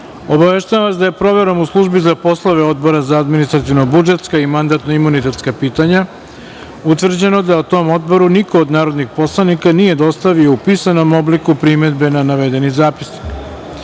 vas da je proverom u Službi za poslove Odbora za administravno-budžetka i mandatno-imunitetska pitanja utvrđeno da tom Odboru niko od narodnih poslanika nije dostavio u pisanom obliku primedbe na navedeni zapisnik. Prelazimo